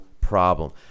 problem